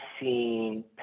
seen